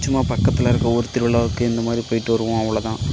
சும்மா பக்கத்தில் இருக்க ஊர் திருவிழாவுக்கு இந்த மாதிரி போய்ட்டு வருவோம் அவ்வளோ தான்